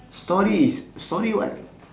storey is storey what